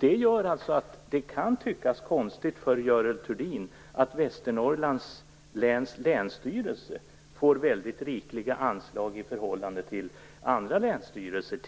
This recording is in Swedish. Det gör alltså att det kan tyckas konstigt för Görel Thurdin att Västernorrlands läns länsstyrelse får väldigt rikliga anslag per invånare i förhållande till andra länsstyrelser,